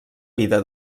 vida